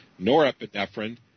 Norepinephrine